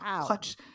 clutch